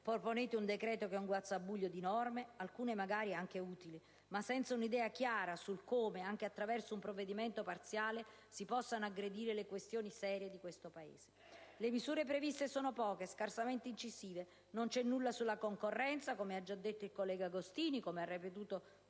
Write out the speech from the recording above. proponete un decreto che è un guazzabuglio di norme, alcune magari anche utili, ma senza alcuna idea chiara su come, anche attraverso un provvedimento parziale, si possano aggredire le questioni serie di questo Paese. Le misure previste sono poche e scarsamente incisive. Non c'è nulla sulla concorrenza, come ha già detto il collega Agostini e come ha ripetuto il